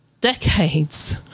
decades